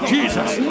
Jesus